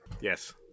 Yes